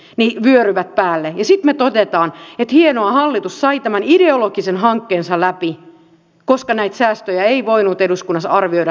ja sitten me toteamme että hienoa hallitus sai tämän ideologisen hankkeensa läpi koska näitä säästöjä ei voinut eduskunnassa arvioida samalla kertaa